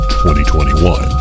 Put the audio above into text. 2021